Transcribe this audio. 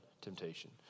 temptation